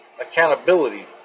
accountability